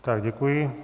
Tak děkuji.